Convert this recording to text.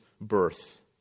birth